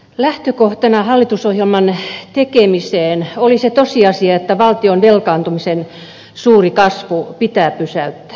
lähtökohtana hallitusohjelman tekemiseen oli se tosiasia että valtion velkaantumisen suuri kasvu pitää pysäyttää